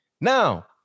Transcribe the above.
Now